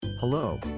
Hello